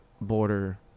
border